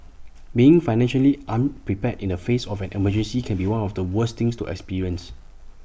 being financially unprepared in the face of an emergency can be one of the worst things to experience